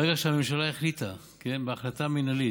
ברגע שהממשלה החליטה בהחלטה מינהלית,